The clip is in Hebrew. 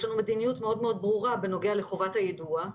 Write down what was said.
יש לנו מדיניות מאוד מאוד ברורה בנוגע לחובת היידוע.